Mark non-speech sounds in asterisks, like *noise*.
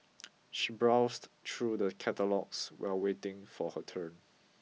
*noise* she browsed through the catalogues while waiting for her turn